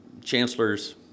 chancellors